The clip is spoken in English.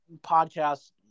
podcasts